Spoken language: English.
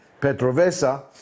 Petrovesa